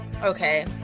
Okay